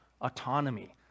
autonomy